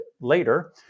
later